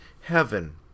heaven